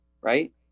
right